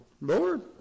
Lord